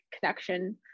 connection